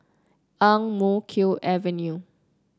Ang Mo Kio Avenue